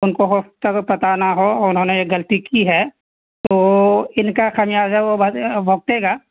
ان کو ہو سکتا ہے کہ پتا نہ ہو انہوں نے یہ غلطی کی ہے تو ان کا خمیازہ وہ بھگتے گا